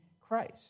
Christ